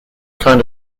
kind